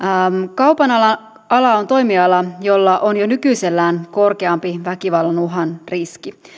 kaupan ala ala on toimiala jolla on jo nykyisellään korkeampi väkivallan uhan riski